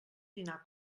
dinar